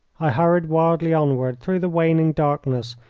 i hurried wildly onward through the waning darkness,